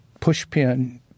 Pushpin